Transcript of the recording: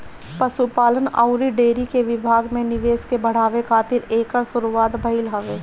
पशुपालन अउरी डेयरी विभाग में निवेश के बढ़ावे खातिर एकर शुरुआत भइल हवे